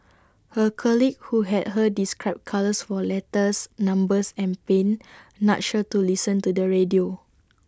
her colleague who had heard describe colours for letters numbers and pain nudged her to listen to the radio